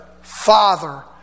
father